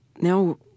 now